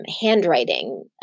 handwriting